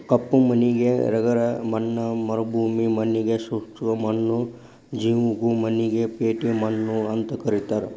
ಕಪ್ಪು ಮಣ್ಣಿಗೆ ರೆಗರ್ ಮಣ್ಣ ಮರುಭೂಮಿ ಮಣ್ಣಗೆ ಶುಷ್ಕ ಮಣ್ಣು, ಜವುಗು ಮಣ್ಣಿಗೆ ಪೇಟಿ ಮಣ್ಣು ಅಂತ ಕರೇತಾರ